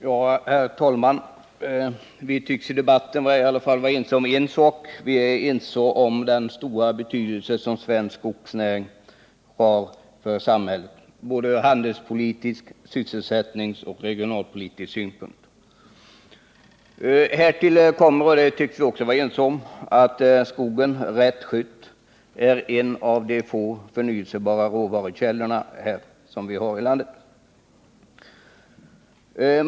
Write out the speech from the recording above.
Herr talman! Vi tycks åtminstone vara ense om en sak, nämligen om den stora betydelse svensk skogsnäring har för samhället från såväl handelspolitisk som sysselsättningspolitisk och regionalpolitisk synpunkt. Vidare tycks vi vara eniga om att skogen, rätt skött, är en av de få förnyelsebara råvarukällorna i vårt land.